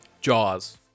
Jaws